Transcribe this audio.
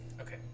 Okay